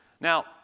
Now